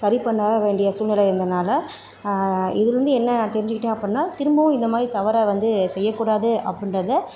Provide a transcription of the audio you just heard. சரி பண்ண வேண்டிய சூழ்நிலை இருந்தனால் இதில் இருந்து என்ன நான் தெரிஞ்சுக்கிட்டேன் அப்புடின்னா திரும்பவும் இந்த மாதிரி தவறை வந்து செய்யக்கூடாது அப்புடின்றத